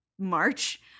march